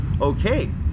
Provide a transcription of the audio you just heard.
Okay